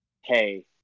hey